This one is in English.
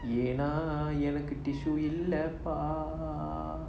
ஏன்னா எனக்கு:yena enaku tissue இல்ல பா:illa pa